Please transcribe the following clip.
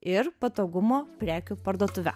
ir patogumo prekių parduotuve